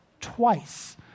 twice